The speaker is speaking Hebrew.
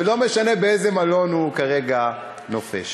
ולא משנה באיזה מלון הוא כרגע נופש.